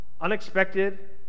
unexpected